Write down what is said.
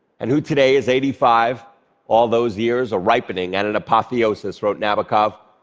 and who today is eighty five all those years. a ripening and an apotheosis, wrote nabokov